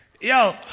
Yo